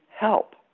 help